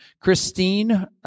Christine